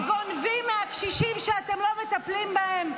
אתם גונבים מהקשישים שאתם לא מטפלים בהם.